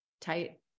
tight